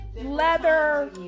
leather